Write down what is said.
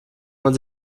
man